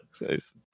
Nice